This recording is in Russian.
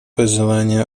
пожелание